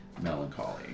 melancholy